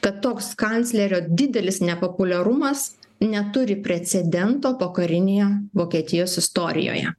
kad toks kanclerio didelis nepopuliarumas neturi precedento pokarinėje vokietijos istorijoje